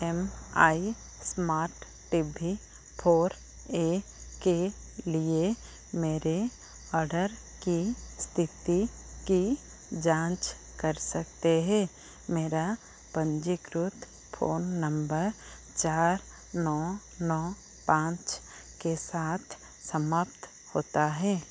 M I smart TV four A के लिए मेरे ओडर की स्थिति की जाँच कर सकते हैं मेरा पंजीकृत फ़ोन नंबर चार नौ नौ पाँच के साथ समाप्त होता है